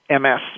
MS